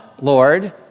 Lord